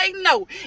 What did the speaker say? no